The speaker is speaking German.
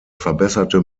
verbesserte